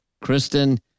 Kristen